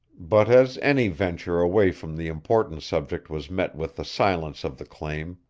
but as any venture away from the important subject was met with the silence of the clam,